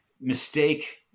mistake